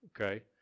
okay